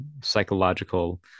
psychological